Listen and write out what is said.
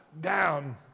down